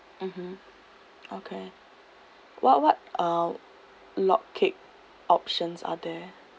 mmhmm okay what what uh log cake options are there